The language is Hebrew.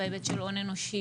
בהיבט של הון אנושי